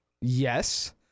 yes